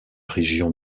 région